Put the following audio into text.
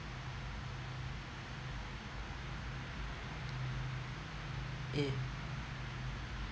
eh